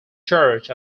church